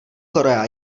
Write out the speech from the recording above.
korea